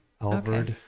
Albert